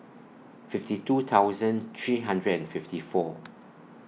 fifty two thousand three hundred and fifty four